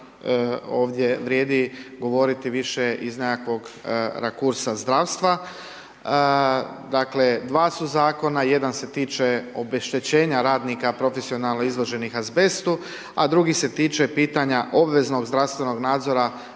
ovdje vrijedi govoriti više iz nekakvog rakursa zdravstva. Dakle, dva su zakona. Jedan se tiče obeštećenja radnika profesionalno izloženih azbestu, a drugi se tiče pitanja obveznog zdravstvenog nadzora